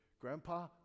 Grandpa